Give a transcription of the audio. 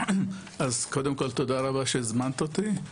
אז קודם כל תודה רבה שהזמנת אותי,